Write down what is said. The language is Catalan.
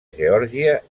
geòrgia